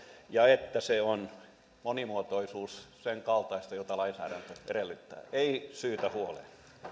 ja että monimuotoisuus on sen kaltaista kuin lainsäädäntö edellyttää ei syytä huoleen